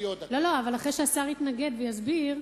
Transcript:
אחרי שהשר יתנגד ויסביר,